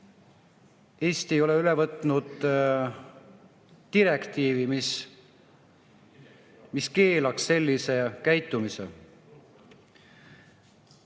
Eesti ei ole üle võtnud direktiivi, mis keelaks sellise käitumise.